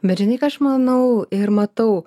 bet žinai ką aš manau ir matau